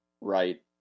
right